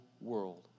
world